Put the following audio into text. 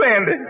Andy